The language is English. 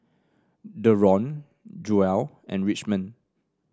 Daron Joell and Richmond